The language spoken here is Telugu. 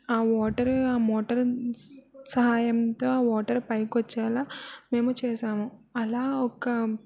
ఆ వాటర్ ఆ మోటర్ సహాయంతో వాటర్ పైకి వచ్చేలా మేము చేసాము అలా ఒక